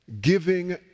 Giving